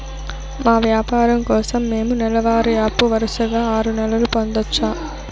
మా వ్యాపారం కోసం మేము నెల వారి అప్పు వరుసగా ఆరు నెలలు పొందొచ్చా?